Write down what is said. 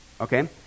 Okay